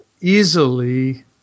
easily